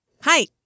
Hi